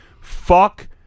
Fuck